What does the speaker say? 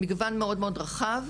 מגוון מאוד מאוד רחב.